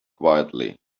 quietly